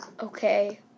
Okay